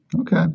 Okay